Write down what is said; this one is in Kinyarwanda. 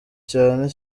cyane